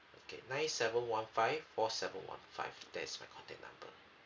okay nine seven one five four seven one five that is my contact number